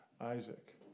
Isaac